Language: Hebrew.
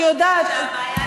אני יודעת.